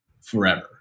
forever